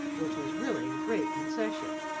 which was really a great concession.